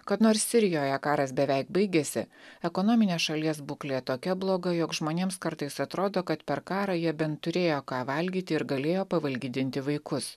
kad nors sirijoje karas beveik baigėsi ekonominė šalies būklė tokia bloga jog žmonėms kartais atrodo kad per karą jie bent turėjo ką valgyti ir galėjo pavalgydinti vaikus